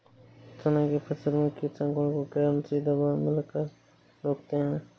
चना के फसल में कीट संक्रमण को कौन सी दवा मिला कर रोकते हैं?